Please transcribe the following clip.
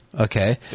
okay